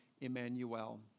Emmanuel